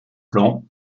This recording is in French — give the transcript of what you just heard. plan